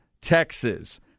Texas